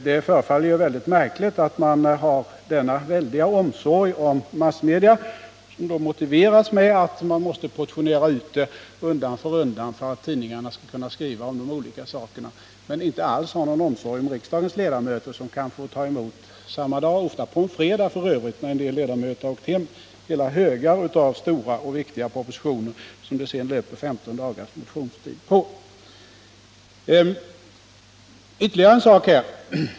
Det förefaller mycket märkligt att regeringen visar denna myckna omsorg om massmedia, vilken motiveras med att man måste portionera ut meddelandena undan för undan för att tidningarna skall kunna sprida dem, men att man inte alls visar någon omsorg om riksdagens ledamöter som samma dag - ofta på en fredag när en del ledamöter redan har åkt hem — kan få ta emot hela högar av stora och viktiga propositioner, som det sedan löper 15 dagars motionstid på.